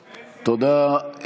תודה.